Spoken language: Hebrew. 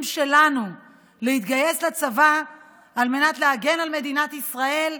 שלנו להתגייס לצבא על מנת להגן על מדינת ישראל,